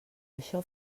això